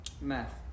Math